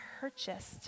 purchased